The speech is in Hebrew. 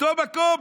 אותו מקום,